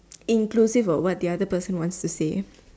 inclusive of what the other person wants to say